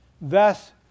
thus